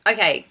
Okay